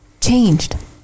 changed